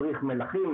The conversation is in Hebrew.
מדריך מלכים,